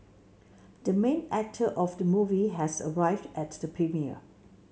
the main actor of the movie has arrived at the premiere